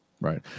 right